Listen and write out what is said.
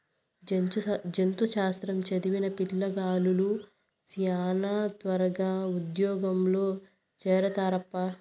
జంతు శాస్త్రం చదివిన పిల్లగాలులు శానా త్వరగా ఉజ్జోగంలో చేరతారప్పా